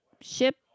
ship